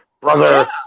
brother